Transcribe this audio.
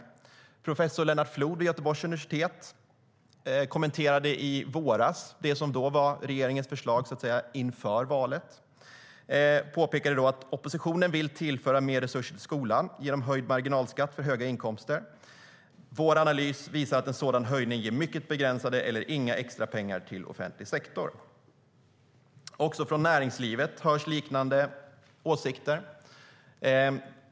Professor Lennart Flood vid Göteborgs universitet kommenterade i våras det som då var regeringens förslag inför valet. Han påpekade: Oppositionen vill tillföra mer resurser till skolan genom höjd marginalskatt för höga inkomster. Vår analys visar att en sådan höjning ger mycket begränsade eller inga extra pengar till offentlig sektor. Också från näringslivet hörs liknande åsikter.